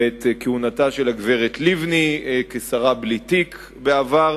ואת כהונתה של הגברת לבני כשרה בלי תיק בעבר.